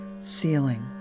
ceiling